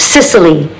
Sicily